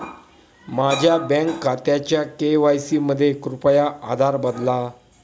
माझ्या बँक खात्याचा के.वाय.सी मध्ये कृपया आधार बदला